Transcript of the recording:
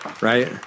right